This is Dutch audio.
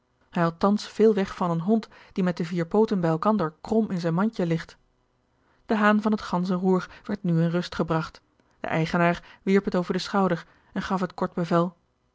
thans veel weg van een bond die met de vier pooten bij elkander krom in zijn mandje ligt de haan van het ganzenroer werd nu in rust gebragt de eigenaar wierp het over den schouder en gaf het kort bevel